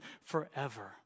forever